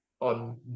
on